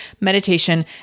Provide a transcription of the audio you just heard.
meditation